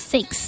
Six 。